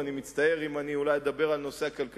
ואני מצטער אם אני אולי אדבר על הנושא הכלכלי